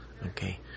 okay